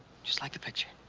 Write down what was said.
just like the picture.